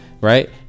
right